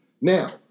Now